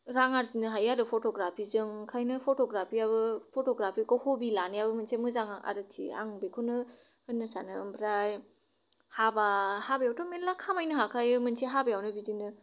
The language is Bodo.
रां आर्जिनो हाय आरो फट'ग्राफिजों ओंखायनो फट'ग्राफियाबो फ'ट'ग्राफिखौ हबि लानायाबो मोनसे मोजां आर्खि आं बेखौनो होननो सानो आमफ्राय हाबा हाबायावथ' मेल्ला खामायनो हाखायो मोनसे हाबायावनो बिदिनो